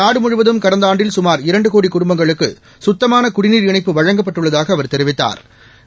நாடு முழுவதும் கடந்த ஆண்டில் சுமார் இரண்டு கோடி குடும்பங்களுக்கு சுத்தமான குடிநீர் இணைப்பு வழங்கப்பட்டுள்ளதாக அவர் தெரிவித்தாா்